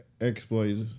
exploits